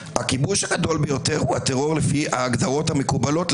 הכיבוש הגדול ביותר הוא טרור לפי ההגדרות המקובלות,